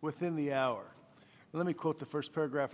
within the hour let me quote the first paragraph